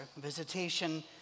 visitation